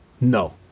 No